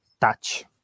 touch